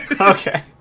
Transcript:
Okay